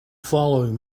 following